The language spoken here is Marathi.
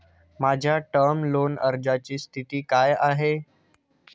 माझ्या टर्म लोन अर्जाची स्थिती काय आहे?